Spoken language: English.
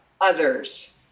others